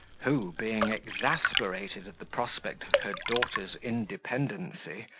who, being exasperated at the prospect of her daughter's independency,